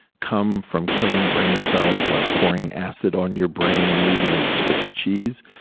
come from killing brain cells, like pouring acid on your brain and leaving it as swiss cheese.